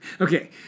Okay